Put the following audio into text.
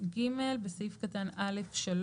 (ג)בסעיף קטן (א3),